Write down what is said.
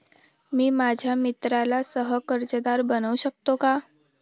मी माझ्या मित्राला सह कर्जदार बनवू शकतो का?